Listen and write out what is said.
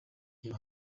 reba